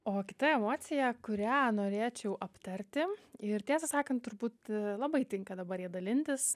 o kita emocija kurią norėčiau aptarti ir tiesą sakant turbūt labai tinka dabar ja dalintis